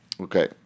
Okay